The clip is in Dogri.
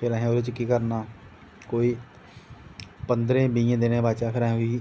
फिर असें ओह्दे च केह् करना कोई पंदरें दिनें दे बाद च असें